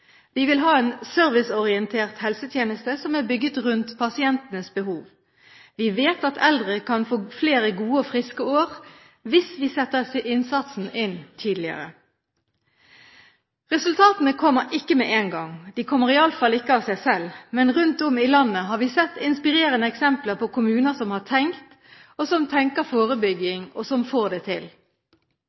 Vi vil ha en serviceorientert helsetjeneste som er bygd rundt pasientenes behov. Vi vet at eldre kan få flere gode og friske år viss vi setter innsatsen inn tidligere. Resultatene kommer ikke med en gang, de kommer i alle fall ikke av seg selv, men rundt om i landet har vi sett inspirerende eksempler på kommuner som har tenkt – og som tenker – forebygging, og som får det til.